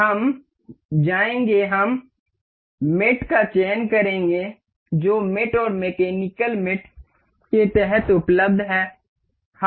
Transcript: हम जाएंगे हम हिन्ज मेट का चयन करेंगे जो मेट और मैकेनिकल मेट के तहत उपलब्ध है